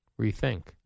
rethink